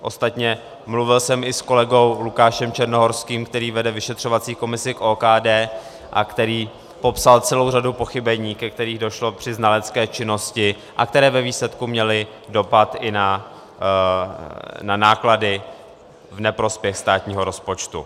Ostatně mluvil jsem i s kolegou Lukášem Černohorským, který vede vyšetřovací komisi k OKD a který popsal celou řadu pochybení, ke kterým došlo při znalecké činnosti a které ve výsledku měly dopad i na náklady v neprospěch státního rozpočtu.